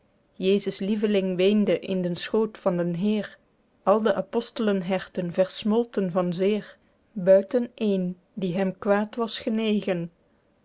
jesus lieveling weende in den schoot van den heer al de apostelenherten versmolten van zeer buiten één die hem kwaed was genegen